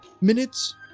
Minutes